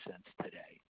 today